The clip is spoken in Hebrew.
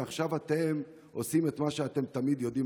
ועכשיו אתם עושים את מה שאתם תמיד יודעים